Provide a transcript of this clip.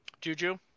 Juju